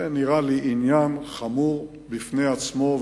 זה נראה לי עניין חמור בפני עצמו,